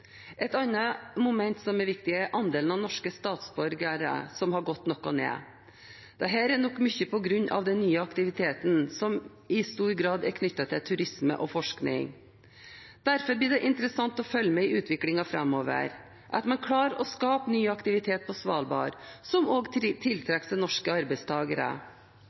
Et annet moment som er viktig, er at andelen norske statsborgere har gått noe ned. Dette er nok mye på grunn av at den nye aktiviteten i stor grad er knyttet til turisme og forskning. Derfor blir det interessant å følge med på utviklingen framover, om man klarer å skape ny aktivitet på Svalbard som også tiltrekker seg norske